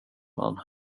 man